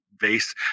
base